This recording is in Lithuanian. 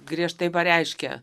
griežtai pareiškė